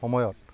সময়ত